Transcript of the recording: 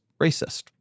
racist